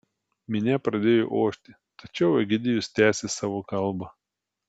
minia pradėjo ošti tačiau egidijus tęsė savo kalbą